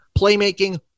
playmaking